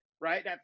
right